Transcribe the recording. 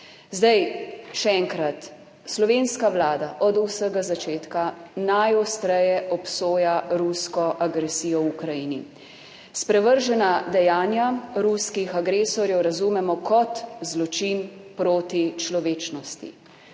zdaj še enkrat. Slovenska Vlada od vsega začetka najostreje obsoja rusko agresijo v Ukrajini. Sprevržena dejanja ruskih agresorjev razumemo kot zločin proti človečnosti,